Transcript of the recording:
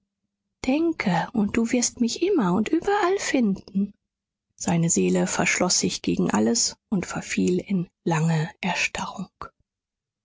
denke und du wirst mich immer und überall finden seine seele verschloß sich gegen alles und verfiel in lange erstarrung